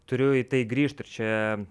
turiu į tai grįžt ir čia